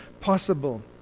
possible